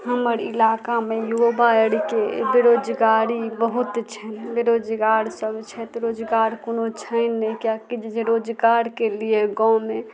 हमर इलाकामे युवा आरके बेरोजगारी बहुत छै बेरोजगार सब छथि रोजगार कोनो छै नहि किएकि जे रोजगारके लिए गाँवमे